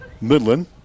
Midland